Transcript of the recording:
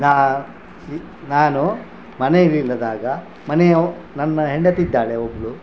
ನಾನು ನಾನು ಮನೆಯಲ್ಲಿ ಇಲ್ಲದಾಗ ಮನೆಯು ನನ್ನ ಹೆಂಡತಿ ಇದ್ದಾಳೆ ಒಬ್ಬಳು